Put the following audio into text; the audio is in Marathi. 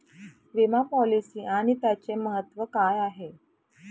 विमा पॉलिसी आणि त्याचे महत्व काय आहे?